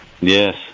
Yes